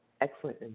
excellent